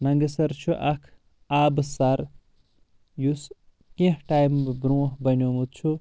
ننگہٕ سر چھُ اکھ آبہٕ سر یُس کینٛہہ ٹایمہٕ برونٛہہ بنیومُت چھُ